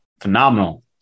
phenomenal